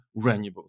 renewables